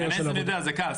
להיכנס, אני יודע, זה קל.